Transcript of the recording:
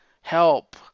help